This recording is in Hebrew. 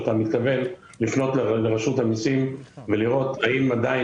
שאתה מתכוון לפנות לרשות המיסים ולראות האם עדיין